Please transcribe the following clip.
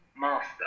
master